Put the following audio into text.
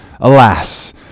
alas